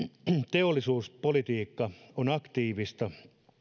teollisuuspolitiikka on aktiivista ja